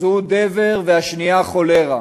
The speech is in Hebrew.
זו דבר והשנייה כולרה.